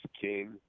King